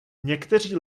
někteří